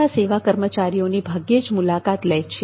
તથા સેવા કર્મચારીઓની ભાગ્યે જ મુલાકાત લે છે